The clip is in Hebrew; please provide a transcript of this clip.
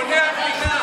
בונה המדינה.